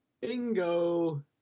Bingo